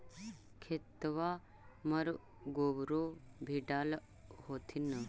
खेतबा मर गोबरो भी डाल होथिन न?